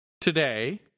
today